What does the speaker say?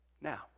Now